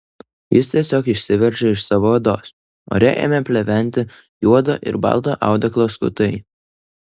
jis tiesiog išsiveržė iš savo odos ore ėmė pleventi juodo ir balto audeklo skutai